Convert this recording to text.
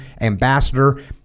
ambassador